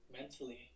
mentally